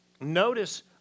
Notice